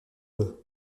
bob